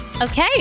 Okay